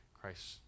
Christ